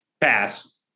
Pass